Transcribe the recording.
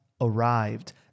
arrived